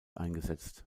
eingesetzt